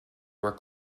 were